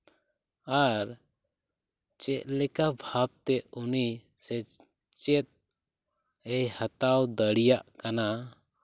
ᱟᱨ ᱪᱮᱫᱞᱮᱠᱟ ᱵᱷᱟᱵᱽᱛᱮ ᱩᱱᱤ ᱥᱮᱪᱮᱫ ᱮᱭ ᱦᱟᱛᱟᱣ ᱫᱟᱲᱮᱭᱟᱜ ᱠᱟᱱᱟ